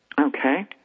Okay